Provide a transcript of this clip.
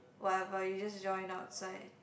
whatever you just join outside